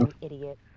Idiot